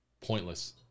pointless